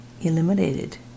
eliminated